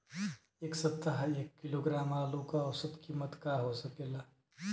एह सप्ताह एक किलोग्राम आलू क औसत कीमत का हो सकेला?